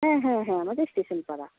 হ্যাঁ হ্যাঁ হ্যাঁ আমাদের স্টেশন পাড়া